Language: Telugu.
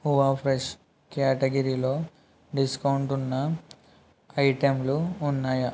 హువా ఫ్రెష్ కేటగిరీలో డిస్కౌంటున్న ఐటెమ్లు ఉన్నాయా